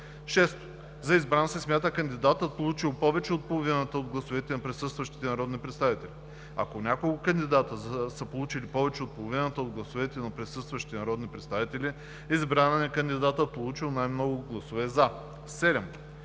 6. За избран се смята кандидатът, получил повече от половината от гласовете на присъстващите народни представители. Ако няколко кандидати са получили повече от половината от гласовете на присъстващите народни представители, избран е кандидатът, получил най-много гласове „за“. 7.